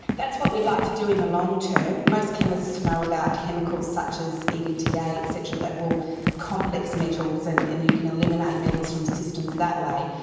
that's what we'd like to do in the long term. most chemists know about chemicals such as edta etc, ah that will complex metals and and you can eliminate metals from systems that way.